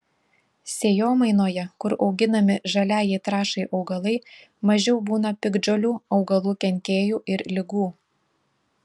sėjomainoje kur auginami žaliajai trąšai augalai mažiau būna piktžolių augalų kenkėjų ir ligų